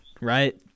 right